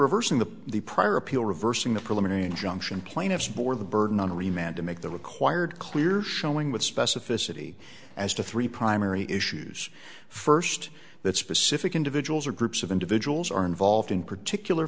reversing the the prior appeal reversing the preliminary injunction plaintiff's board the burden on remand to make the required clear showing with specificity as to three primary issues first that specific individuals or groups of individuals are involved in particular